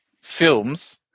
films